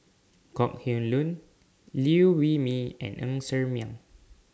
Kok Heng Leun Liew Wee Mee and Ng Ser Miang